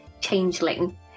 changeling